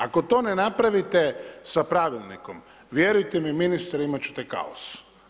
Ako to ne napravite sa pravilnikom, vjerujte mi ministre imat ćete kaos.